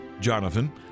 Jonathan